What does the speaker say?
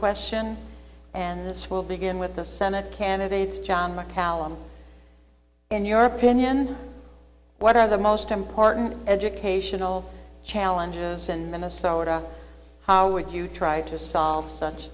question and this will begin with the senate candidates john mccallum in your opinion what are the most important educational challenges in minnesota how would you try to solve such